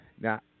now